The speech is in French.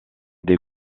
des